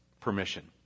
permission